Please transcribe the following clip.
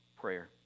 Prayer